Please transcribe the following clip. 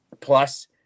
Plus